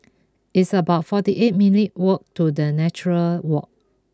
it's about forty eight minutes' walk to the Nature Walk